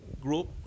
Group